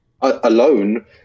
alone